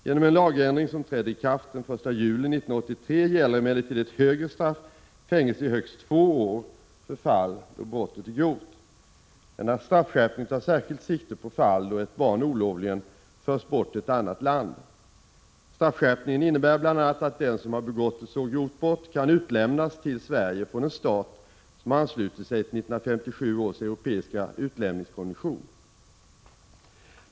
Genom en lagändring som trädde i kraft den 1 juli 1983 gäller emellertid ett högre straff, fängelse i högst två år, för fall då brottet är grovt. Denna straffskärpning tar särskilt sikte på fall då ett barn olovligen förs bort till ett annat land. Straffskärpningen innebär bl.a. att den som har begått ett så grovt brott kan utlämnas till Sverige från en stat som har anslutit sig till 1957 års europeiska utlämningskonvention .